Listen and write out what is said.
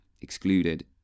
Excluded